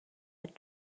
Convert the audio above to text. had